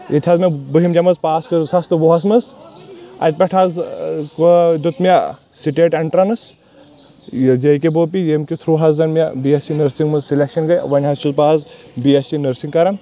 ییٚتہِ حظ مےٚ بٔہِم جمٲژ پاس کٔر زٕ ساس تہٕ وُہس منٛز اتہِ پٮ۪ٹھ حظ کو دِیُت مےٚ سِٹیٹ ایٚنٹرٮ۪نس یہِ جے کے بوپی یمہِ کہِ تھرو حظ زَن مےٚ بی ایس سی نرسنگ منٛز سِلیکشن گے وۄنۍ حظ چھُس بہٕ آز بی ایس سی نرسنگ کران